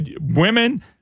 women